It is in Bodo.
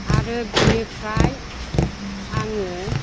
आरो बिनिफ्राय आङो